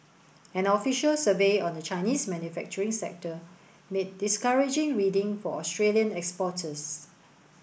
an official survey on the Chinese manufacturing sector made discouraging reading for Australian exporters